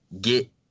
get